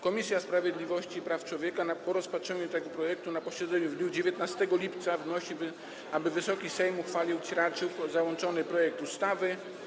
Komisja Sprawiedliwości i Praw Człowieka po rozpatrzeniu tego projektu na posiedzeniu w dniu 19 lipca wnosi, aby Wysoki Sejm uchwalić raczył załączony projekt ustawy.